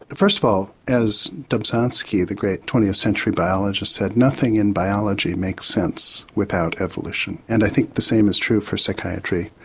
first of all as dobzh-ansky, the great twentieth century biologist said, nothing in biology makes sense without evolution and i think the same is true for psychiatry.